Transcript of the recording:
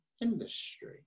industry